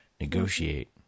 negotiate